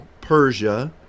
Persia